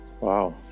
Wow